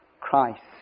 Christ